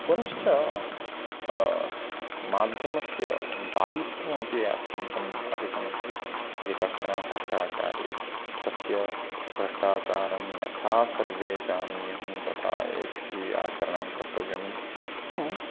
पुनश्च माध्यमस्य दायित्वमपि अत्यन्तम् अधिकमस्ति यदि कश्चन भ्रष्टाचारे तस्य भ्रष्टाचारं यथा सर्वे जानीयुः तथा एभिः आचरणं कर्तव्यम् एवम्